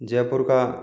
जयपुर का